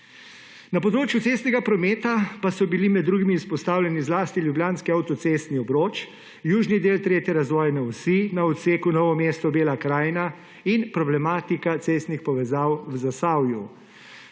Na področju cestnega prometa pa so bili med drugim izpostavljeni zlasti ljubljanski avtocestni obroč, južni del tretje razvojne osi na odseku Novo mesto-Bela krajina in problematika cestnih povezav v Zasavju.